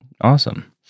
awesome